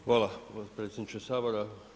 Hvala potpredsjedniče Sabora.